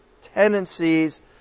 tendencies